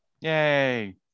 Yay